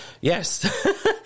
Yes